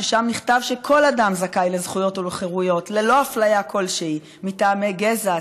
ששם נכתב שכל אדם זכאי לזכויות ולחירויות ללא אפליה כלשהי מטעמי גזע,